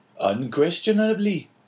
Unquestionably